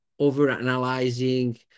overanalyzing